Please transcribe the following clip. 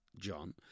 John